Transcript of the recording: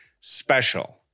special